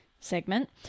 Segment